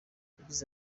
yagize